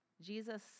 Jesus